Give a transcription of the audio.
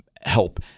help